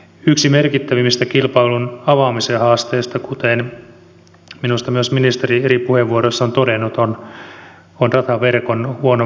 yksi merkittävimmistä kilpailun avaamisen haasteista kuten minusta myös ministeri eri puheenvuoroissaan on todennut on rataverkon huono välityskyky ja kunto